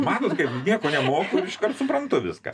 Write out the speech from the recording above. manot kaip nieko nemoku ir iškart suprantu viską